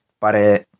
para